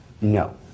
No